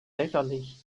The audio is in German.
lächerlich